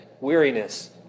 Weariness